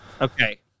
okay